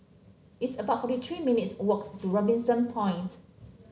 it's about forty three minutes' walk to Robinson Point